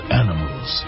animals